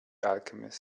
alchemist